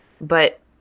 But